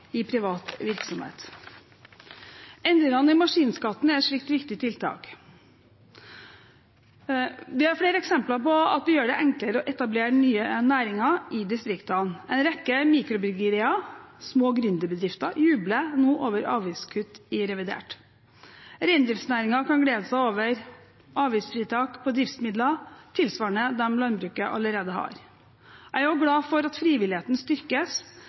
i privat virksomhet. Endringene i maskinskatten er et slikt viktig tiltak. Vi har flere eksempler på at vi gjør det enklere å etablere nye næringer i distriktene. En rekke mikrobryggerier og små gründerbedrifter jubler nå over avgiftskutt i revidert. Reindriftsnæringen kan glede seg over avgiftsfritak på driftsmidler tilsvarende det landbruket allerede har. Jeg er også glad for at frivilligheten styrkes